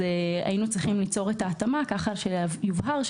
היינו צריכים ליצור התאמה כך שיובהר,